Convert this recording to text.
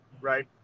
right